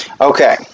Okay